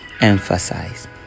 emphasize